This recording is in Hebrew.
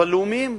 אבל לאומיים.